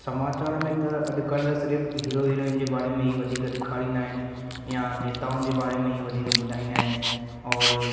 समाचार में अॼुकल्ह सिर्फ़ु हीरो हीरोइन जे बारे में ई वधीक ॾेखारींदा आहिनि या नेताउनि जे बारे में ई वधीक ॿुधाईंदा आहिनि औरि